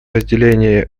разделение